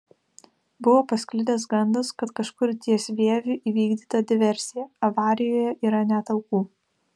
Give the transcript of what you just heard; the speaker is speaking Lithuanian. buvo pasklidęs gandas kad kažkur ties vieviu įvykdyta diversija avarijoje yra net aukų